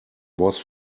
was